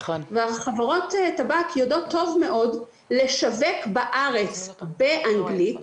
חברות טבק יודעות טוב מאוד לשווק בארץ באנגלית,